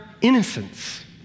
innocence